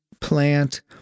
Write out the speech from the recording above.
plant